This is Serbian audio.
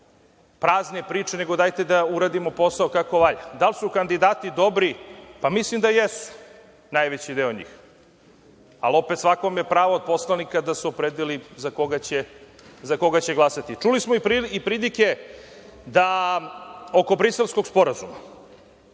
prazne priče, nego dajte da uradimo posao kako valja. Da li su kandidati dobri? Mislim da jesu, najveći deo njih, al opet svako ima pravo od poslanika da se opredeli za koga će glasati. Čuli smo i pridike oko Briselskog sporazuma.